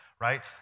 right